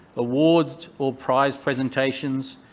awards or prize presentations,